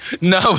no